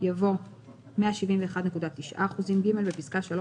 יבוא "171.9%"; בפסקה (3),